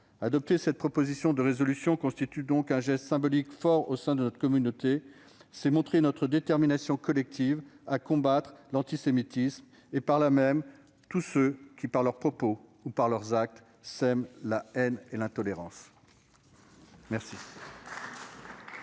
Adopter cette proposition de résolution constitue donc un geste symbolique fort au sein de notre assemblée : c'est montrer notre détermination collective à combattre l'antisémitisme et, par là même, tous ceux qui, par leurs propos ou leurs actes, sèment la haine et l'intolérance. La